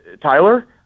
tyler